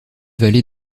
vallée